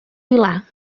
vilar